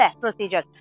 procedure